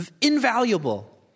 invaluable